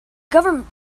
government